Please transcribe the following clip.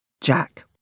Jack